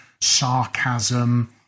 sarcasm